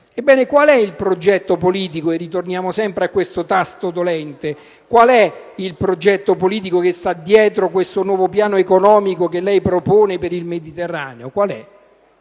qual è il progetto politico che sta dietro questo nuovo Piano economico che lei propone per il Mediterraneo?